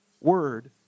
word